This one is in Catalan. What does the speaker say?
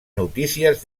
notícies